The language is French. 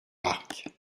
arques